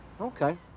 okay